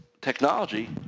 technology